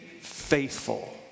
faithful